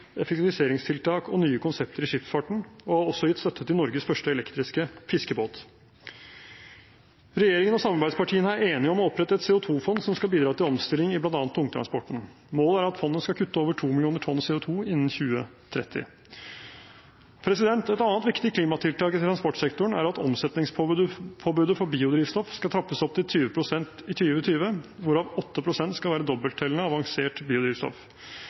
effektiviseringstiltak og nye konsepter i skipsfarten og har også gitt støtte til Norges første elektriske fiskebåt. Regjeringen og samarbeidspartiene er enige om å opprette et CO 2 -fond som skal bidra til omstilling i bl.a. tungtransporten. Målet er at fondet skal kutte over 2 millioner tonn CO 2 innen 2030. Et annet viktig klimatiltak i transportsektoren er at omsetningspåbudet for biodrivstoff skal trappes opp til 20 pst. i 2020, hvorav 8 pst. skal være dobbelttellende avansert biodrivstoff.